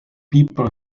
people